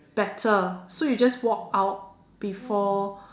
better so you just walk out before